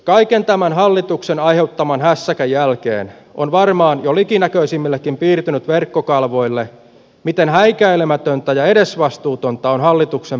kaiken tämän hallituksen aiheuttaman hässäkän jälkeen on varmaan jo likinäköisimmillekin piirtynyt verkkokalvoille miten häikäilemätöntä ja edesvastuutonta on hallituksen peli kuntauudistuksessa